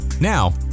Now